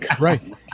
Right